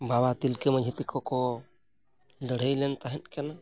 ᱵᱟᱵᱟ ᱛᱤᱞᱠᱟᱹ ᱢᱟᱹᱡᱷᱤ ᱛᱟᱠᱚ ᱠᱚ ᱞᱟᱹᱲᱦᱟᱹᱭ ᱞᱮᱱ ᱛᱟᱦᱮᱸᱫ ᱠᱟᱱᱟ